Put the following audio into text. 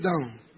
down